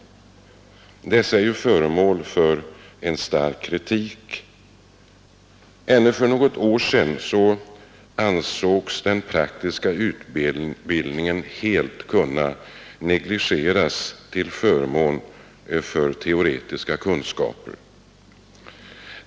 Detta system är föremål för stark kritik. Ännu för några år sedan ansågs den praktiska utbildningen helt kunna negligeras till förmån för teoretiska kunskaper.